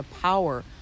power